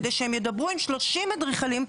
כדי שהם ידברו עם שלושים אדריכלים,